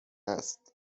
است